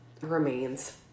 remains